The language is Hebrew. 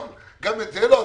גם את זה לא?